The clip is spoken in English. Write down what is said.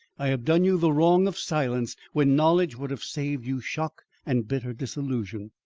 i have done you the wrong of silence when knowledge would have saved you shock and bitter disillusion,